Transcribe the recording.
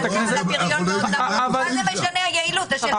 מה משנה היעילות?